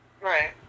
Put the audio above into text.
Right